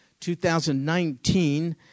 2019